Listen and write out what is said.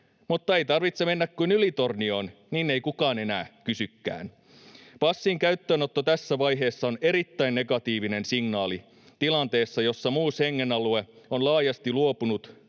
mutta ei tarvitse mennä kuin Ylitornioon, niin ei kukaan enää kysykään. Passin käyttöönotto tässä vaiheessa on erittäin negatiivinen signaali tilanteessa, jossa muu Schengen-alue on laajasti luopunut